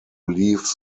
leave